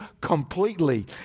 completely